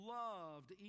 loved